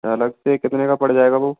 अलग से कितने का पड़ जायेगा वो